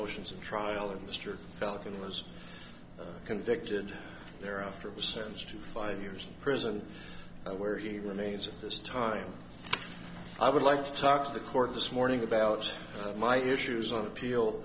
oceans of trial and mr falcon was convicted there after sentenced to five years prison where he remains at this time i would like to talk to the court this morning about my issues on appeal